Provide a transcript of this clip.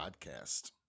podcast